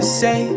say